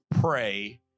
pray